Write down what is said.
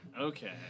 okay